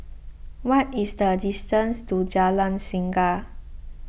what is the distance to Jalan Singa